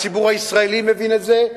הציבור בישראל מבין את זה,